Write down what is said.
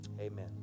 Amen